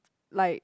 like